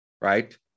Right